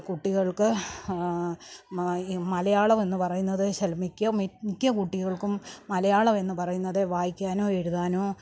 കുട്ടികൾക്ക് മ ഈ മലയാളം എന്ന് പറയുന്നത് മിക്ക ശ്ര മിക്ക കുട്ടികൾക്കും മലയാളം എന്ന് പറയുന്നത് വായിക്കാനോ എഴുതാനോ